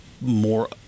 more